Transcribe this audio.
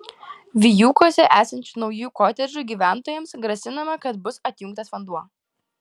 vijūkuose esančių naujų kotedžų gyventojams grasinama kad bus atjungtas vanduo